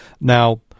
now